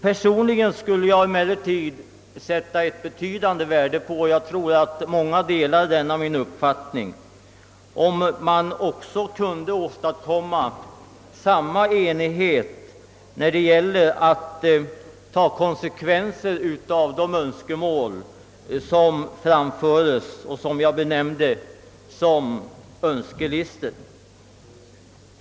Personligen skulle jag emellertid — och jag tror att många delar den na min uppfattning — sätta mycket stört värde på en sådan enighet också när det gäller att ta konsekvenserna av de önskemål som framförs i dessa önskelistor.